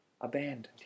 abandoned